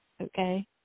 okay